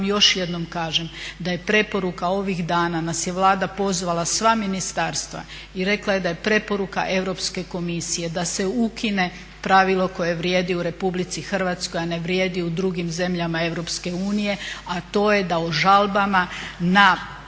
još jednom kažem da je preporuka ovih dana nas je Vlada pozvala sva ministarstva i rekla je da je preporuka Europske komisije da se ukine pravilo koje vrijedi u RH, a ne vrijedi u drugim zemljama EU a to je da o žalbama na